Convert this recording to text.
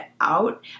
out